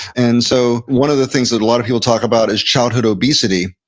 and so one of the things that a lot of people talk about is childhood obesity.